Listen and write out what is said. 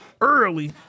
Early